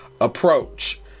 approach